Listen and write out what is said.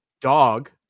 Dog